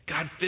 God